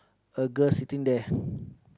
a girl sitting there